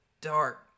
dark